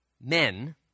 men